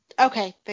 okay